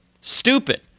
Stupid